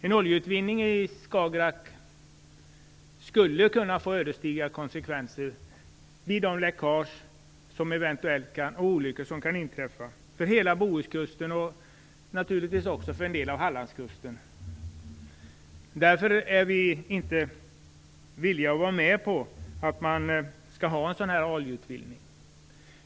En oljeutvinning i Skagerrak skulle kunna få ödesdigra konsekvenser, vid de läckage och olyckor som eventuellt kan inträffa, för hela Bohuskusten och en del av Hallandskusten. Därför är vi inte villiga att gå med på att det skall ske en oljeutvinning.